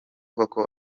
koko